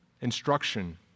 instruction